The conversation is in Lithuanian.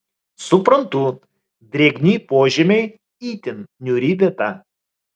suprantu drėgni požemiai itin niūri vieta